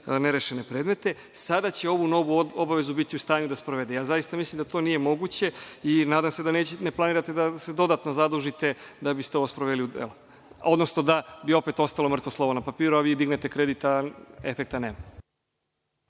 nerešene predmete, sada će ovu novu obavezu biti u stanju da sprovede. Zaista mislim da to nije moguće i nadam se da ne planirate da se dodatno zadužite da biste ovo sproveli u delo, odnosno da bi opet ostalo mrtvo slovo na papiru, a vi dignete kredit, a efekta nema.